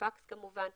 וכמובן פקס,